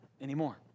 anymore